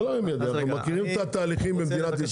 אנחנו מכירים את התהליכים במדינת ישראל.